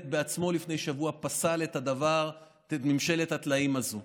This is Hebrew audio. בעצמו לפני שבוע פסל את ממשלת הטלאים הזאת.